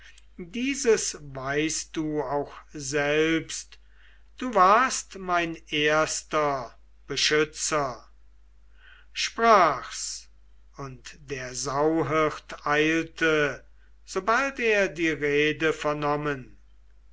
dieses weißt du auch selbst du warst mein erster beschützer sprach's und der sauhirt eilte sobald er die rede vernommen